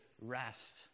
rest